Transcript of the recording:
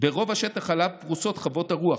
ברוב השטח שבו פרוסות חוות הרוח.